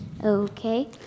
Okay